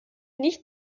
nicht